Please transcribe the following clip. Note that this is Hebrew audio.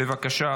בבקשה,